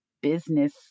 business